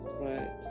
Right